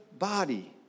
body